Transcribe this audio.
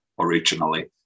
originally